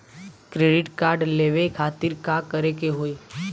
Credit card लेवे खातिर का करे के होई?